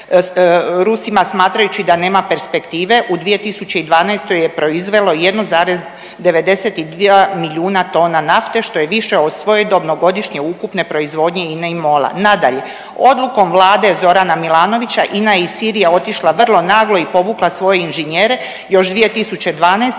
Rusima smatrajući da nema perspektive u 2012. je proizvelo 1,92 milijuna tona nafte što je više od svojedobno godišnje ukupne proizvodnje INA-e i MOL-a. Nadalje, odlukom Vlade Zorana Milanovića INA i Sirija otišla vrlo naglo i povukla svoje inženjere još 2012.